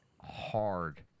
hard